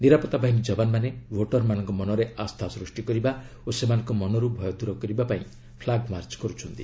ନିରାପତ୍ତା ବାହିନୀ ଯବାନମାନେ ଭୋଟରମାନଙ୍କ ମନରେ ଅସ୍ଥା ସୃଷ୍ଟି କରିବା ଓ ସେମାନଙ୍କ ମନରୁ ଭୟ ଦୂର କରିବା ପାଇଁ ଫ୍ଲାଗ୍ମାର୍ଚ୍ଚ କରୁଛନ୍ତି